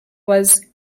was